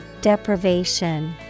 Deprivation